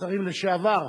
שרים לשעבר,